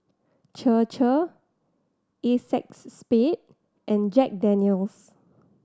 Chir Chir Acexspade and Jack Daniel's